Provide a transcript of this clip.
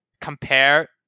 compare